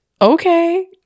okay